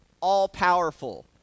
all-powerful